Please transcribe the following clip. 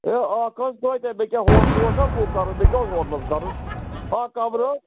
A اَکھ حظ کٲتیٛاہ مےٚ کیٛاہ ہوٹلٕے اوسا بُک کَرُن مےٚ کیٛاہ اوس ہوٹلَس کَرُن اَکھ کَمرٕ حظ